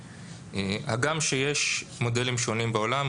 הגם שיש מודלים שונים בעולם,